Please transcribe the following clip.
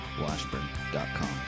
washburn.com